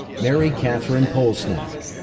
mary catherine polesnak.